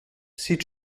sieht